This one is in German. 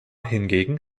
hingegen